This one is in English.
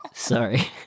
Sorry